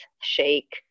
shake